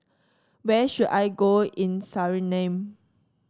where should I go in Suriname